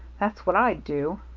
that's what i'd do.